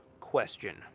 question